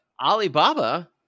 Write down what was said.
alibaba